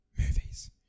movies